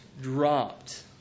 dropped